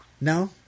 No